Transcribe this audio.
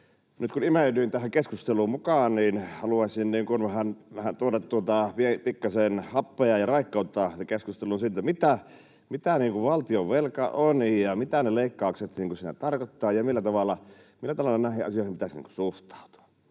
nyt kun imeydyin tähän keskusteluun mukaan, haluaisin vähän tuoda pikkasen happea ja raikkautta tähän keskusteluun siitä, mitä valtionvelka on ja mitä ne leikkaukset siinä tarkoittavat ja millä tavalla näihin asioihin pitäisi suhtautua.